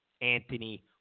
Anthony